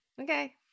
Okay